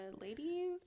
ladies